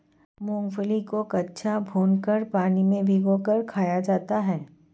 मूंगफली को कच्चा, भूनकर, पानी में भिगोकर खाया जाता है